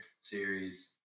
series